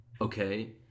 Okay